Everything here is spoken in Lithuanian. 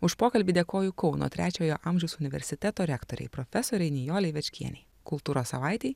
už pokalbį dėkoju kauno trečiojo amžiaus universiteto rektorei profesorei nijolei večkienei kultūros savaitei